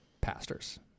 pastors